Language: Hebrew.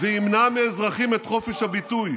וימנע מאזרחים את חופש הביטוי,